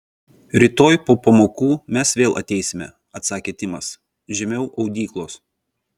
rytoj po pamokų mes vėl ateisime atsakė timas žemiau audyklos